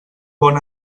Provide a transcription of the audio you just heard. bon